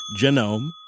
Genome